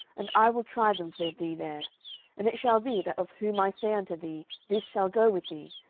and i will try them for thee there and it shall be, that of whom i say unto thee, this shall go with thee,